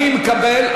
אני מקבל,